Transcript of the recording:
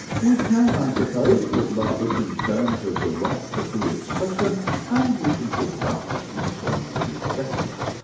we can, i suppose, talk bout this in terms of the right to free expression and we can talk about it in terms of aesthetics,